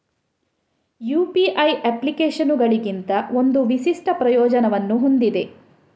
UPI ಅಪ್ಲಿಕೇಶನುಗಳಿಗಿಂತ ಒಂದು ವಿಶಿಷ್ಟ ಪ್ರಯೋಜನವನ್ನು ಹೊಂದಿದೆ